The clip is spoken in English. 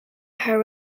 her